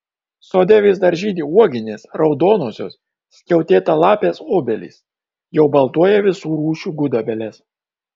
sode vis dar žydi uoginės raudonosios skiautėtalapės obelys jau baltuoja visų rūšių gudobelės